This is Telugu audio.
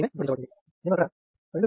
మేము అక్కడ 2 మిల్లీసీమెన్లను కలిగి ఉంటాము